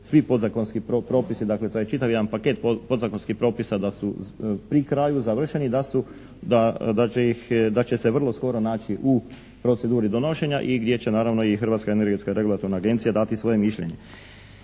svi podzakonski propisi, to je čitav jedan paket podzakonskih propisa da su pri kraju, završeni, da će se vrlo skoro naći u proceduri donošenja i gdje će naravno i Hrvatska energetska regulatorna agencija dati svoje mišljenje.